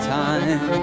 time